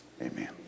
Amen